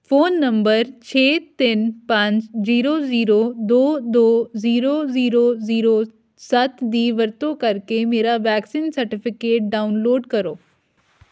phone number ਛੇ ਤਿੰਨ ਪੰਜ ਜ਼ੀਰੋ ਜ਼ੀਰੋ ਦੋ ਦੋ ਜ਼ੀਰੋ ਜ਼ੀਰੋ ਜ਼ੀਰੋ ਸੱਤ ਦੀ ਵਰਤੋਂ ਕਰਕੇ ਮੇਰਾ ਵੈਕਸੀਨ ਸਰਟੀਫਿਕੇਟ ਡਾਊਨਲੋਡ ਕਰੋ